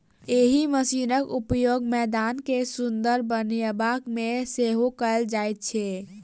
एहि मशीनक उपयोग मैदान के सुंदर बनयबा मे सेहो कयल जाइत छै